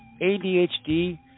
ADHD